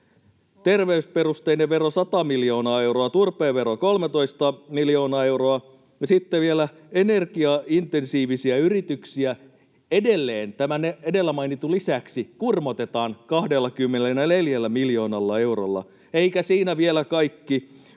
terveysperusteinen vero 100 miljoonaa euroa, turpeen vero 13 miljoonaa euroa, ja sitten vielä energiaintensiivisiä yrityksiä edelleen tämän edellä mainitun lisäksi kurmotetaan 24 miljoonalla eurolla. Eikä siinä vielä kaikki: